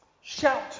Shout